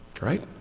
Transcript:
right